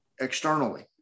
externally